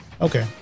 Okay